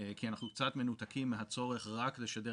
כי אנחנו קצת מנותקים מהצורך רק לשדר